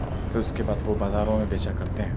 تو اس کے بعد وہ بازاروں میں بیچا کرتے ہیں